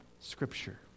Scripture